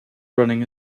running